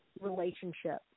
relationship